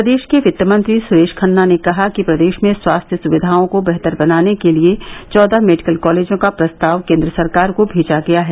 प्रदेश के वित्त मंत्री सुरेश खन्ना ने कहा कि प्रदेश में स्वास्थ्य सुविधाओं को बेहतर बनाने के लिए चौदह मेडिकल कालेजों का प्रस्ताव केंद्र सरकार को भेजा गया है